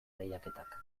lehiaketak